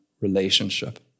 relationship